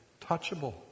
Touchable